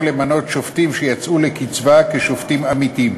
למנות שופטים שיצאו לקצבה כשופטים עמיתים.